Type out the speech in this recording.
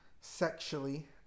sexually